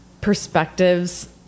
perspectives